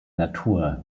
natur